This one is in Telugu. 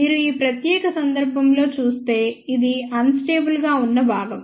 మీరు ఈ ప్రత్యేక సందర్భంలో చూస్తే ఇది అన్ స్టేబుల్ గా ఉన్న భాగం